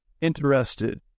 interested